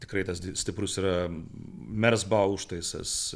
tikrai tas stiprus yra merz bau užtaisas